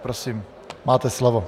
Prosím, máte slovo.